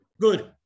Good